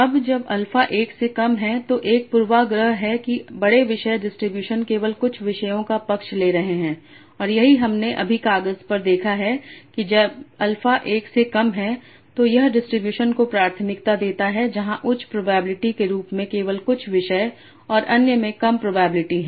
अब जब अल्फा 1 से कम है तो एक पूर्वाग्रह है कि बड़े विषय डिस्ट्रीब्यूशन केवल कुछ विषयों का पक्ष ले रहे हैं और यही हमने अभी कागज पर देखा है कि जब अल्फा 1 से कम है तो यह डिस्ट्रीब्यूशन को प्राथमिकता देता है जहां उच्च प्रोबेबिलिटी के रूप में केवल कुछ विषय और अन्य में कम प्रोबेबिलिटी है